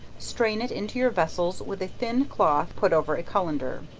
strain it into your vessels with a thin cloth put over a colander.